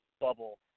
bubble